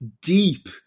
deep